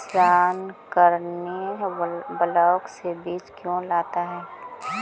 किसान करने ब्लाक से बीज क्यों लाता है?